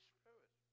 Spirit